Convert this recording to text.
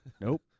Nope